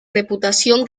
reputación